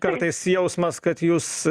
kartais jausmas kad jūs